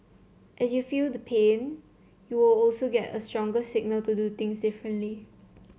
as you feel the pain you will also get a stronger signal to do things differently